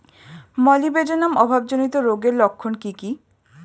Molybdenum অভাবজনিত রোগের লক্ষণ কি কি?